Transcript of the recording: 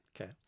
Okay